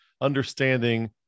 understanding